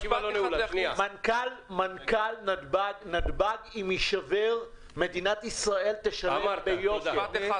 מנכ"ל נתב"ג אם יישבר, מדינת ישראל תשלם ביוקר.